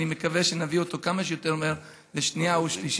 אני מקווה שנביא את זה כמה שיותר מהר לקריאה שנייה ושלישית.